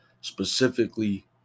specifically